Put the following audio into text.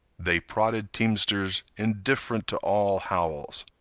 they prodded teamsters indifferent to all howls.